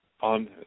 on